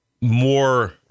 more